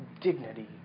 dignity